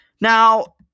Now